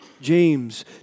James